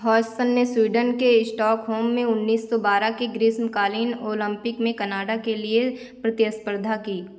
Hodgson ने Sweden के Stockholm में उन्नीस सो बारह के ग्रीस्मकालीन ओलंपिक में कनाडा के लिए प्रतिस्पर्धा की